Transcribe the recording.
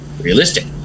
realistic